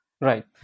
Right